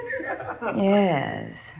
Yes